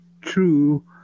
true